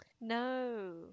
No